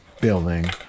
building